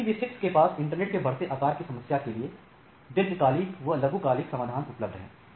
IPv6 के पास internet के बढ़ते आकार की समस्या के लिए दीर्घकालिक एवं लघुकालिक समाधान उपलब्ध हैं